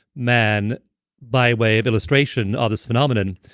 man by way of illustration this phenomenon.